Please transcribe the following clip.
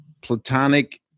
platonic